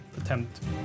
attempt